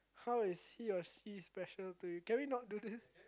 how is he or she special to you can we not do this